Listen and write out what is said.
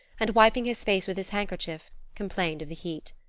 and wiping his face with his handkerchief, complained of the heat.